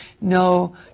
no